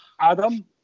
Adam